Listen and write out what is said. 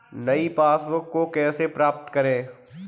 नई पासबुक को कैसे प्राप्त करें?